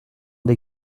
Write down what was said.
des